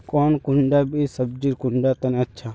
कौन कुंडा बीस सब्जिर कुंडा तने अच्छा?